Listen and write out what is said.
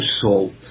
salt